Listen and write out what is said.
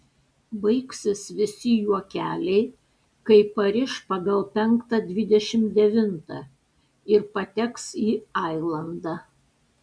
baigsis visi juokeliai kai pariš pagal penktą dvidešimt devintą ir pateks į ailandą